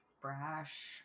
brash